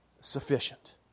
sufficient